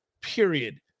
period